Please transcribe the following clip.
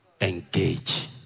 engage